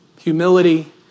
humility